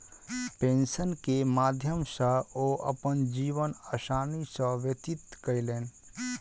pension के माध्यम सॅ ओ अपन जीवन आसानी सॅ व्यतीत कयलैन